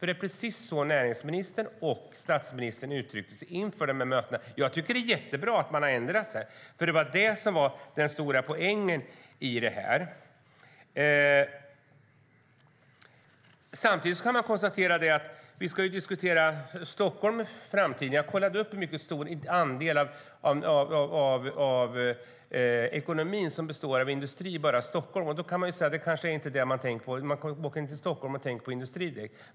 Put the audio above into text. Det är precis så näringsministern och statsministern uttryckte sig inför mötena. Jag tycker att det är jättebra att ni har ändrat er, för det var det som var den stora poängen i det här. Samtidigt kan man konstatera något annat. Vi ska diskutera Stockholm i framtiden här senare. Jag kollade upp hur stor andel av ekonomin som består av industri bara i Stockholm. Det kanske inte direkt är industri man tänker på när man åker in till Stockholm.